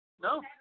No